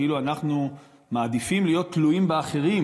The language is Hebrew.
כאילו אנחנו מעדיפים להיות תלויים באחרים